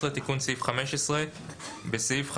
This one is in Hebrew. תיקון סעיף 15 18. בסעיף 15(א)